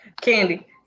Candy